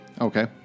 Okay